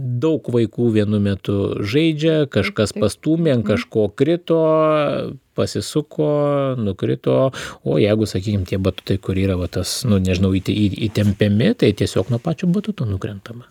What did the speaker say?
daug vaikų vienu metu žaidžia kažkas pastūmė ant kažko krito pasisuko nukrito o jeigu sakykim tie batutai kur yra va tas nu nežinau į įtempiami tai tiesiog nuo pačio buto nukrentama